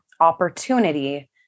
opportunity